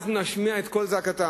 שאנחנו נשמיע את קול זעקתם.